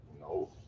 no